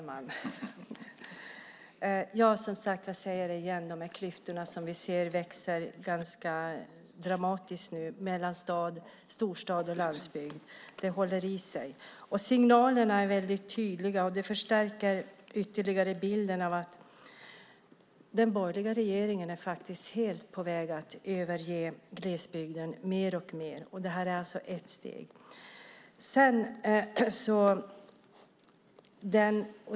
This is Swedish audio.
Herr talman! Jag säger det igen, de klyftor som vi ser mellan storstad och landsbygd fortsätter att växa ganska dramatiskt. Signalerna är väldigt tydliga. Det förstärker ytterligare bilden av att den borgerliga regeringen faktiskt helt är på väg att överge glesbygden. Det här är alltså ett steg.